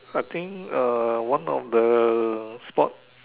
I think uh one of the spot